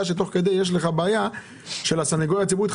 אתה יודע שתוך כדי יש לך בעיה בסניגוריה הציבורית כי